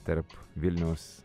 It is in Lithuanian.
tarp vilniaus